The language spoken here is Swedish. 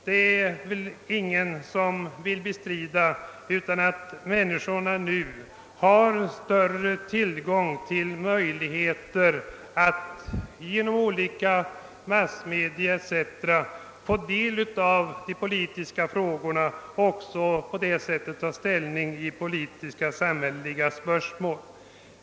Det är säkerligen ingen som vill bestrida att människorna nu genom massmedia etc. har större möjligheter att ta del av de politiska frågorna och ta ställning i politiska och samhälleliga spörsmål.